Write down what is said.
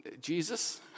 Jesus